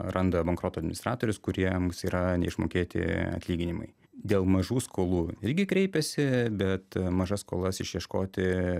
randa bankroto administratorius kuriems yra neišmokėti atlyginimai dėl mažų skolų irgi kreipiasi bet mažas skolas išieškoti